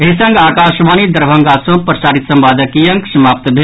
एहि संग आकाशवाणी दरभंगा सँ प्रसारित संवादक ई अंक समाप्त भेल